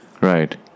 Right